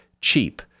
Cheap